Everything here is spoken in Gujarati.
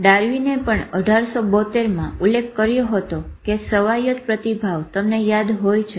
ડાર્વિનએ પણ 1872માં ઉલ્લેખ કર્યો હતો કે સ્વાયત્ત પ્રતિભાવો તમને યાદ હોય છે